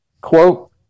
quote